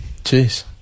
Jeez